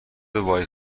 وای